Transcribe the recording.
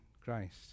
Christ